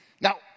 Now